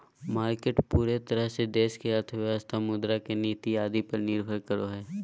market पूरे तरह से देश की अर्थव्यवस्था मुद्रा के नीति आदि पर निर्भर करो हइ